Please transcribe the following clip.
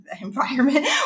environment